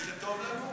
וזה טוב לנו?